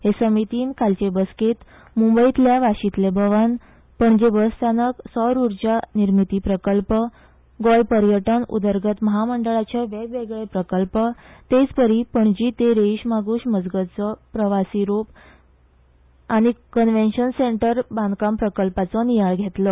हे समितीन कालचे बसकेंत मुंबयतल्या वाशीतले भवन पणजे बसस्थानक सौरउर्जा निर्मिती प्रकल्प गोंय पर्यटन उदरगत म्हामंडळाचे वेगवेगळे प्रकल्प तेचपरी पणजी ते रेईश मागूश मजगतचो प्रवाशी रोप वे आनी कन्वेंशन सेंटर बांदकाम प्रकल्पाचो नियाळ घेतलो